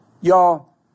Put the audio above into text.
Y'all